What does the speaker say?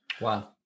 Wow